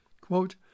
Quote